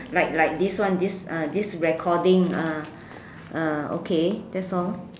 like like this one this ah this recording ah ah okay that's all